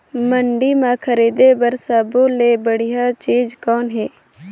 मंडी म खरीदे बर सब्बो ले बढ़िया चीज़ कौन हे?